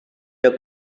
the